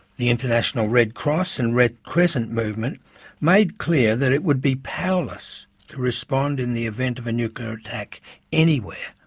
the international red cross and red crescent movement made clear that it would be powerless to respond in the event of a nuclear attack anywhere,